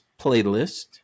playlist